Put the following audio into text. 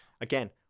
again